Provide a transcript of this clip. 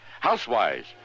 Housewives